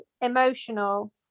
emotional